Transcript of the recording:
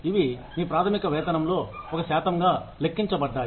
ఇవి మీ ప్రాథమిక వేతనంలో ఒక శాతంగా లెక్కించబడ్డాయి